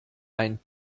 einen